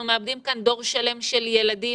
אנחנו מאבדים כאן דור שלם של ילדים.